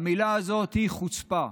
והמילה הזו היא "חוצפה".